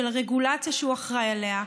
של הרגולציה שהוא אחראי לה,